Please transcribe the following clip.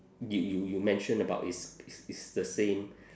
you you you mentioned about is is is the same